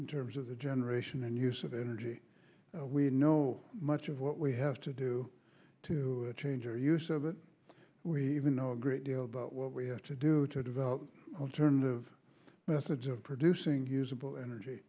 in terms of the generation and use of energy we know much of what we have to do to change or use so that we know a great deal about what we have to do to develop alternative methods of producing usable energy